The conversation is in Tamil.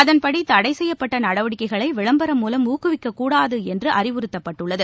அதன்படி தடை செய்யப்பட்ட நடவடிக்கைகளை விளம்பரம் மூலம் ஊக்குவிக்கக்கூடாது என்று அறிவுறுத்தப்பட்டுள்ளது